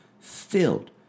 Filled